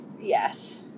Yes